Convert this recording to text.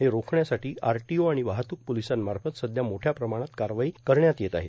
हे रोखण्यासाठी आरटीओ र्आण वाहतूक पोलोसांमाफत संध्या मोठ्या प्रमाणात कारवाई करण्यात येत आहे